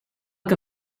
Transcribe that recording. que